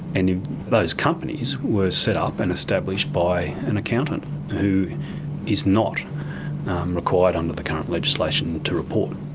and those companies were set up and established by an accountant who is not required under the current legislation to report.